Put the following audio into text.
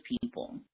people